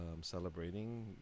celebrating